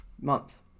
month